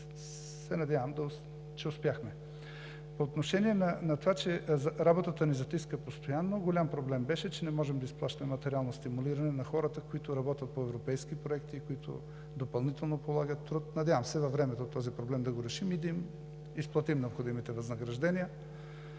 и се надявам, че успяхме. По отношение на това, че работата ни затиска постоянно, голям проблем беше, че не можеше да изплащаме материално стимулиране на хората, които работят по европейски проекти и които допълнително полагат труд. Надявам се, че във времето този проблем ще го решим и да им изплатим необходимите възнаграждения.